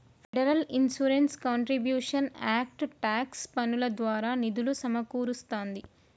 federal insurance contributions act tax పన్నుల ద్వారా నిధులు సమకూరుస్తాంది